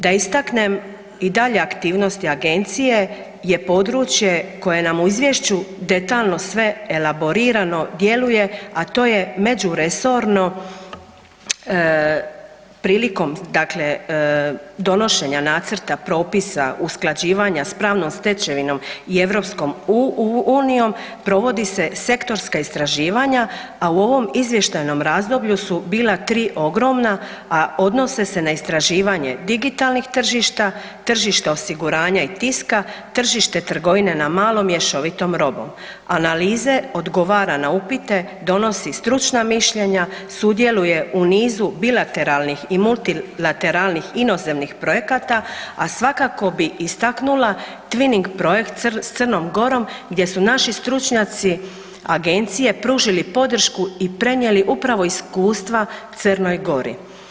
Da istaknem i dalje aktivnosti Agencije je područje koje nam u Izvješću detaljno sve elaborirano djeluje, a to je međuresorno, prilikom dakle, donošenja nacrta propisa, usklađivanja s pravnom stečevinom i EU-om, provodi se sektorska istraživanja, a u ovom izvještajnom razdoblju su bila 3 ogromna, a odnose se na istraživanje digitalnih tržišta, tržišta osiguranja i tiska, tržišta trgovine na malo i mješovitom robom, analize odgovara na upite, donosi stručna mišljenja, sudjeluje u nizu bilateralnih i multilateralnih inozemnih projekata, a svakako bi istaknula twinning projekt s Crnom Gorom gdje su naši stručnjaci, agencije, pružili podršku i prenijeli upravo iskustva Crnoj Gori.